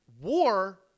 War